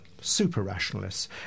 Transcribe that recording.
super-rationalists